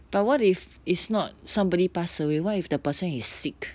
but what if it's not somebody pass away what if the person is sick